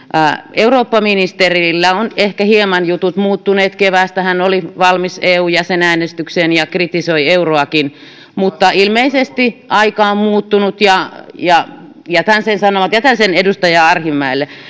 eurooppaministerillä ovat ehkä hieman jutut muuttuneet keväästä jolloin hän oli valmis eu jäsenäänestykseen ja kritisoi euroakin mutta ilmeisesti aika on muuttunut ja ja jätän sen sanomatta jätän sen edustaja arhinmäelle